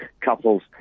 couples